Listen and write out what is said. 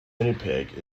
winnipeg